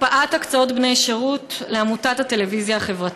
הקפאת הקצאת בני ובנות שירות לאומי לעמותת הטלוויזיה החברתית.